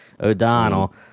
O'Donnell